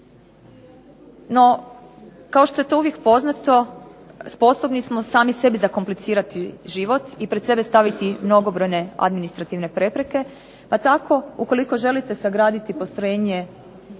No, kao što je to uvijek poznato sposobni smo sami sebi zakomplicirati život i pred sebe staviti mnogobrojne administrativne prepreke pa tako ukoliko želite sagraditi postrojenje